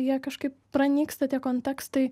jie kažkaip pranyksta tie kontekstai